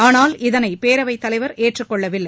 ஆனால் இதனை பேரவைத் தளவர் ஏற்று க்கொள்ளவில்லை